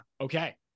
okay